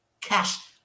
Cash